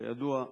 כידוע,